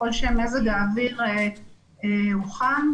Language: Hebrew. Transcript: ככל שמזג האוויר הוא חם,